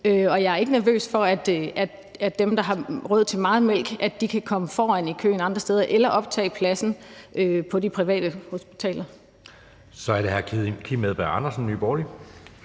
Jeg er ikke nervøs for, at dem, der har råd til meget mælk, kan komme foran i køen andre steder eller optage pladsen på de private hospitaler. Kl. 19:19 Anden næstformand